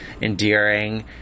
endearing